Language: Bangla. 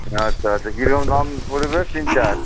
আচ্ছা আচ্ছা কীরম দাম পড়বে তিন চার